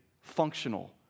functional